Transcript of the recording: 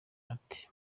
ati